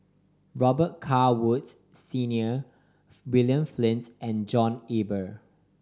Robet Carr Woods Senior William Flint and John Eber